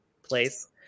place